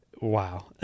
Wow